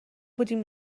بودیم